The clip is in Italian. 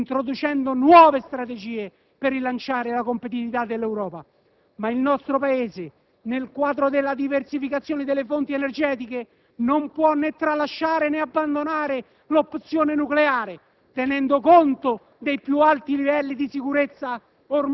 costituisce un importante impegno della politica energetica europea, introducendo nuove strategie per rilanciare la competitività dell'Europa. Ma il nostro Paese, nel quadro della diversificazione delle fonti energetiche, non può né tralasciare né abbandonare l'opzione nucleare,